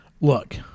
Look